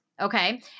Okay